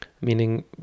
Meaning